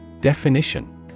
Definition